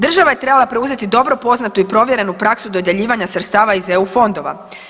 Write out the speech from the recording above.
Država je trebala preuzeti dobro poznatu i provjerenu praksu dodjeljivanja sredstava iz eu fondova.